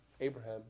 Abraham